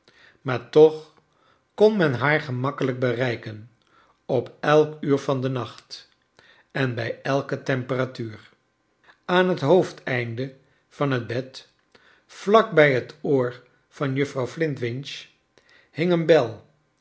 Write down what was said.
maar toch kon men haar gemakkelijk bereiken op elk uur van den nacht en bij elke temperatuur aan het hoofdeinde van het bed vlak bij het oor van juffrouw flint winch hing een bel